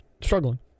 struggling